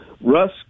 Russ